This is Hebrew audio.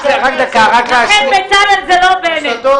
לכן, בצלאל, זה לא בנט.